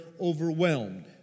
overwhelmed